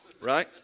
Right